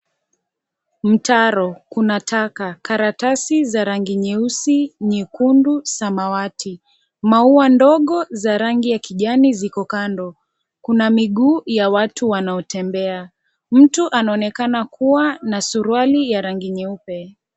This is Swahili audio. Mtaro, kuna taka, karatasi za rangi nyeusi, nyekundu, samawati. Maua ndogo za rangi ya kijani ziko kando. Kuna miguu ya watu wanaotembea. Mtu anaonekana kuwa na suruali ya rangi nyeupe.